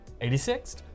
86th